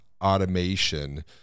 automation